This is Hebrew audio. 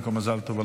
התשפ"ד 2024,